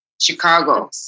Chicago